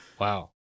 Wow